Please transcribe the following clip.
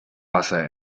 wasser